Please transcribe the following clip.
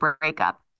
breakup